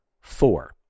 four